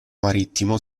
marittimo